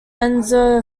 enzo